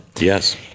Yes